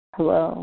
Hello